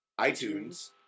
iTunes